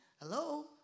hello